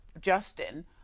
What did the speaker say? Justin